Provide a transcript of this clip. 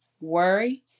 worry